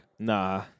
Nah